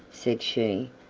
said she,